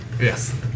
Yes